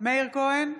מאיר כהן,